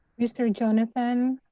mr. and jonathan,